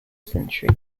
century